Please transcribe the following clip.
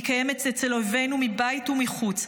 היא קיימת אצל אויבינו מבית ומחוץ,